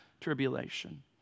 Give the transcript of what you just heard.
tribulation